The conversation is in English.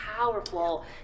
powerful